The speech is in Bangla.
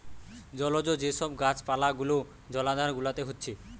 জলজ যে সব গাছ পালা গুলা জলাধার গুলাতে হচ্ছে